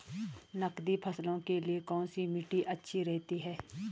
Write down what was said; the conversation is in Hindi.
नकदी फसलों के लिए कौन सी मिट्टी अच्छी रहती है?